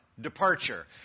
departure